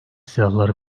silahları